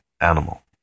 animal